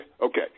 okay